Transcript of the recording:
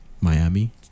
Miami